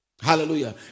Hallelujah